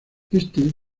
este